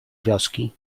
wioski